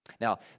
Now